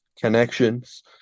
connections